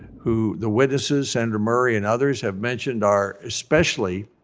who the witnesses, senator murray and others have mentioned are especially